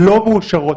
לא מאושרות?